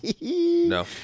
no